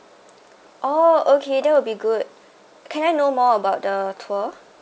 oh okay that will be good can I know more about the tour